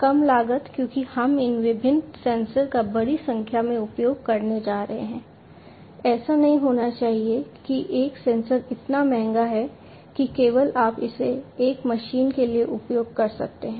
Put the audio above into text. कम लागत क्योंकि हम इन विभिन्न सेंसर का बड़ी संख्या में उपयोग करने जा रहे हैं ऐसा नहीं होना चाहिए कि एक सेंसर इतना महंगा है कि केवल आप इसे एक मशीन के लिए उपयोग कर सकते हैं